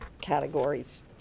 categories